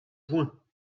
points